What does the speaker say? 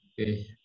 Okay